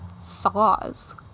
saws